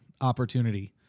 opportunity